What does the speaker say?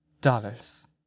dollars